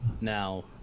Now